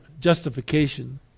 justification